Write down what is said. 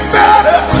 better